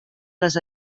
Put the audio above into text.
les